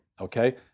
Okay